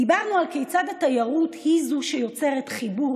דיברנו על כיצד התיירות היא שיוצרת חיבור